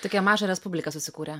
tokią mažą respubliką susikūrę